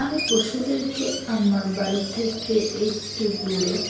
আমি পশুদেরকে আমার বাড়ি থেকে একটু দূরে